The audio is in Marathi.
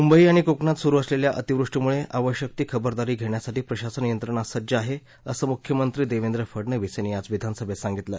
मुंबई आणि कोकणात सुरु असलेल्या अतिवृष्टीमुळे आवश्यक ती खबरदारी घेण्यासाठी प्रशासन यंत्रणा सज्ज आहे असं मुख्यमंत्री देवेंद्र फडनवीस यांनी आज विधानसभेत सांगितलं